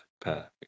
perfect